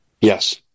yes